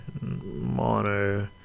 Mono